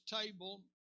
table